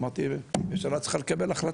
אמרתי הממשלה צריכה לקבל החלטות,